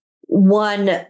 one